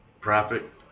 profit